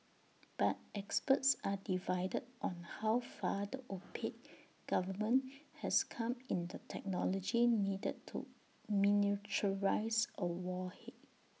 but experts are divided on how far the opaque government has come in the technology needed to miniaturise A warhead